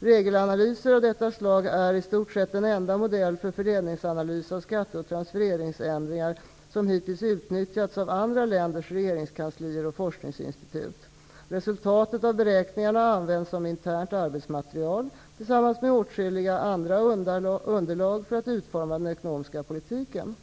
Regelanalyser av detta slag är i stort sett den enda modell för fördelningsanalys av skatte och transfereringsändringar som hittills utnyttjats av andra länders regeringskanslier och forskningsinstitut. Resultaten av beräkningarna används som internt arbetsmaterial tillsammans med åtskilliga andra underlag för att utforma den ekonomiska politiken.